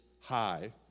high